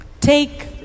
Take